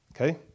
okay